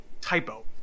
typo